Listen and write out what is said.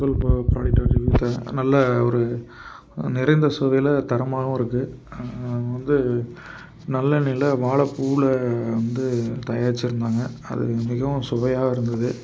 முதல் போ ப்ராடக்டோடய ரிவியூவ் தரேன் நல்ல ஒரு நிறைந்த சுவையில் தரமாகவும் இருக்குது வந்து நல்லெண்ணெயில் வாழப்பூவில் வந்து தயாரிச்சிருந்தாங்க அது இன்றைக்கும் சுவையாக இருந்தது